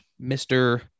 Mr